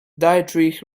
dietrich